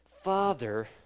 father